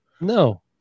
No